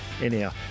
Anyhow